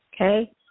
okay